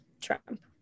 trump